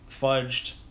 fudged